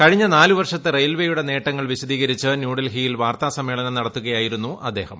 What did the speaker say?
കഴിഞ്ഞ നാല് വർഷത്തെ റെയിൽവേയുടെ നേട്ടങ്ങൾ വിശദീകരിച്ച് ന്യൂഡൽഹിയിൽ വാർത്താസമ്മേളനം നടത്തുകയായിരുന്നു അദ്ദേഹം